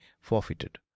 forfeited